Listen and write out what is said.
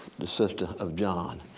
the sister of john.